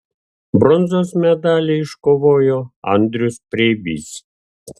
bronzos medalį iškovojo andrius preibys